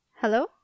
hello